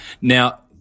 Now